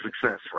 success